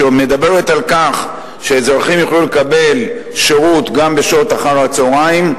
שמדברת על כך שאזרחים יוכלו לקבל שירות גם בשעות אחר-הצהריים,